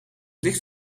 licht